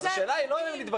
השאלה היא לא אם הם נדבקים,